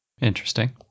Interesting